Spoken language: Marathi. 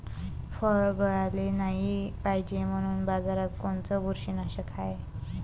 फळं गळाले नाही पायजे म्हनून बाजारात कोनचं बुरशीनाशक हाय?